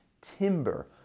timber